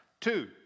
Two